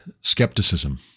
skepticism